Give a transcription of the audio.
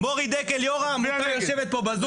--- יושבת פה בזום,